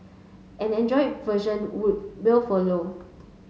an Android version would will follow